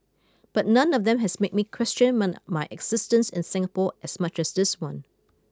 but none of them has made me question my existence in Singapore as much this one